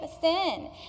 sin